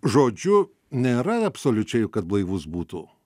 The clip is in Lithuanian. žodžiu nėra absoliučiai kad blaivus būtų